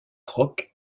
rock